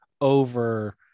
over